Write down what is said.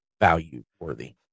value-worthy